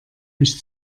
mich